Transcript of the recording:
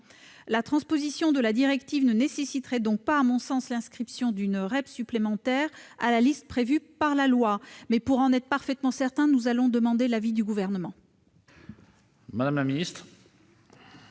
La transposition de la directive ne nécessiterait donc pas, à mon sens, l'inscription d'une REP supplémentaire à la liste prévue par la loi. Mais, pour en être parfaitement certains, nous allons demander l'avis du Gouvernement. Quel est